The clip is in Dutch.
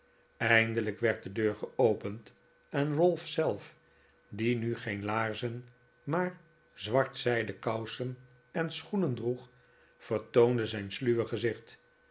eindelijk werd de deur geopend en ralph zelf die nu geen laarzen maar zwarte zijden kousen en schoenen droeg vertoonde zijn sluwe gezicht